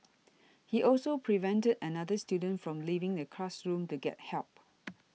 he also prevented another student from leaving the classroom to get help